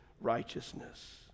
righteousness